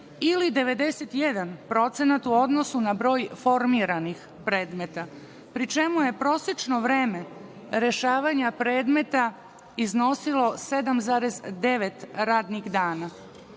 ili 91% u odnosu na broj formiranih predmeta, pri čemu je prosečno vreme rešavanja predmeta iznosilo 7,9 radnih dana.